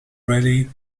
rallye